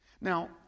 Now